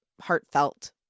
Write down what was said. heartfelt